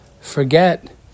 forget